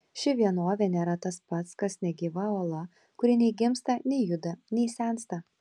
ši vienovė nėra tas pat kas negyva uola kuri nei gimsta nei juda nei sensta